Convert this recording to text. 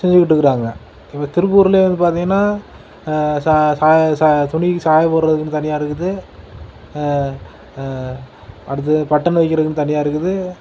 செஞ்சிக்கிட்டுக்கிறாங்க இப்போ திருப்பூரில் வந்து துணிக்கு சாயம் போடுறதுனு தனியாக இருக்குது அடுத்தது பட்டன் வைக்கறதுன்னு தனியாக இருக்குது